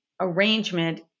arrangement